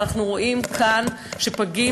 אבל אנחנו רואים כאן שפגים,